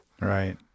Right